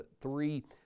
three